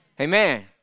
Amen